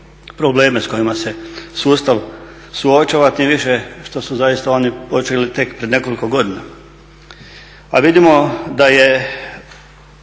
probleme s kojima se sustav suočava, tim više što su zaista oni počeli tek prije nekoliko godina. A vidimo da je